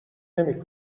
نمی